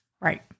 Right